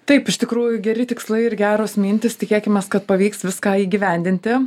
taip iš tikrųjų geri tikslai ir geros mintys tikėkimės kad pavyks viską įgyvendinti